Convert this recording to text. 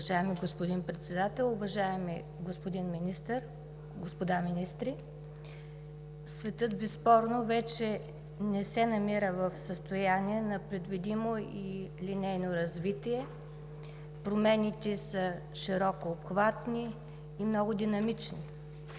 Уважаеми господин Председател, уважаеми господин Министър, господа министри! Светът безспорно вече не се намира в състояние на предвидимо и линейно развитие. Промените са широкообхватни и много динамични.